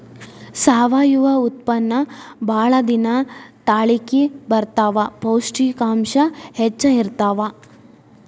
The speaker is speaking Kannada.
ಸಾವಯುವ ಉತ್ಪನ್ನಾ ಬಾಳ ದಿನಾ ತಾಳಕಿ ಬರತಾವ, ಪೌಷ್ಟಿಕಾಂಶ ಹೆಚ್ಚ ಇರತಾವ